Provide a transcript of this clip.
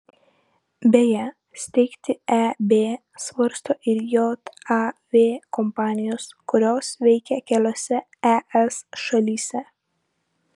beje steigti eb svarsto ir jav kompanijos kurios veikia keliose es šalyse